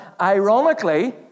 Ironically